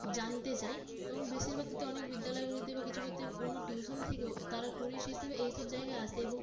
জানতে চায় এবং বেশিরভাগ ক্ষেত্রে অনেক বিদ্যালয়গুলিতে বা কিছু ক্ষেত্রে অন্য টিউশন থেকেও তারা টুরিস্ট হিসাবে এই সব জায়গায় আসে এবং